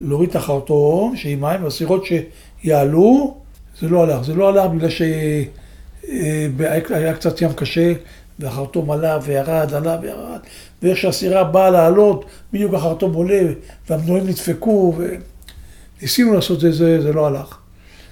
להוריד את החרטום, שעם מים, והסירות שיעלו, זה לא הלך. זה לא הלך בגלל שהיה קצת "ים קשה", והחרטום עלה וירד, עלה וירד. ואיך שהסירה באה לעלות, בדיוק החרטום עולה, והמנועים נדפקו, ו...ניסינו לעשות. זה, זה, זה לא הלך...